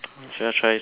should I try some